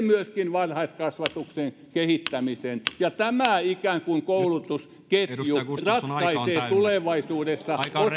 myöskin varhaiskasvatuksen kehittämisen tämä ikään kuin koulutusketju ratkaisee tulevaisuudessa